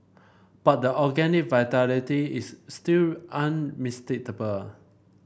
but the organic vitality is still unmistakable